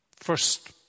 First